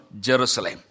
Jerusalem